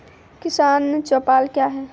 किसान चौपाल क्या हैं?